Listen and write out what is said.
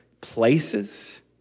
places